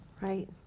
Right